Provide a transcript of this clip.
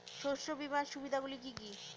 শস্য বিমার সুবিধাগুলি কি কি?